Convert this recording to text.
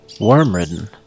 Worm-ridden